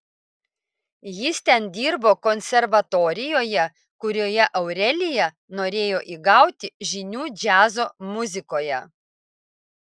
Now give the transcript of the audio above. jis ten dirbo konservatorijoje kurioje aurelija norėjo įgauti žinių džiazo muzikoje